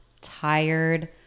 tired